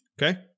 Okay